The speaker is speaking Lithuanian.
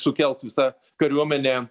sukels visą kariuomenę